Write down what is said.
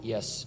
Yes